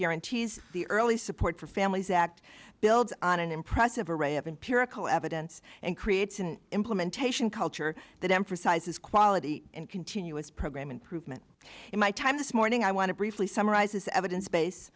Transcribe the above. guarantees the early support for families act builds on an impressive array of empirical evidence and creates an implementation culture that emphasizes quality and continuous program improvement in my time this morning i want to briefly summarize this evidence base